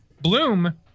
Bloom